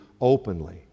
openly